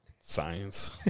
Science